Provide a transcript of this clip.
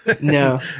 no